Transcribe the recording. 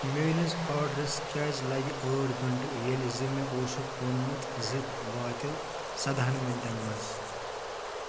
میٛٲنِس آرڈرَس کیٛازِ لَگہِ ٲٹھ گھَنٛٹہٕ ییٚلہِ زِ مےٚ اوسُکھ ووٚنمُت زِ واتہِ سَدٕہَن مِنٹَن منٛز